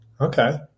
Okay